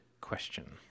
question